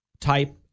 type